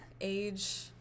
age